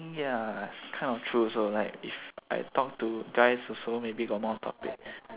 ya kind of true also like if I talk to guys also maybe got more topic